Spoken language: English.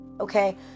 okay